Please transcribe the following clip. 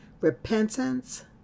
repentance